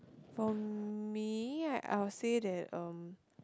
for me I'll say that um